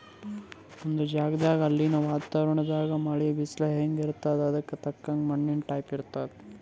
ಒಂದ್ ಜಗದಾಗ್ ಅಲ್ಲಿನ್ ವಾತಾವರಣದಾಗ್ ಮಳಿ, ಬಿಸಲ್ ಹೆಂಗ್ ಇರ್ತದ್ ಅದಕ್ಕ್ ತಕ್ಕಂಗ ಮಣ್ಣಿನ್ ಟೈಪ್ ಇರ್ತದ್